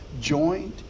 joint